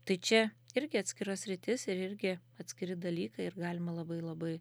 tai čia irgi atskira sritis ir irgi atskiri dalykai ir galima labai labai